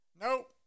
Nope